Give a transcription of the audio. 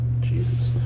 Jesus